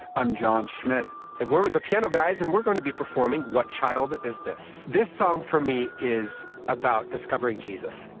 i'm jon schmidt. and we're with the piano guys and we're going to be performing what child is this? this song for me is about discovering jesus.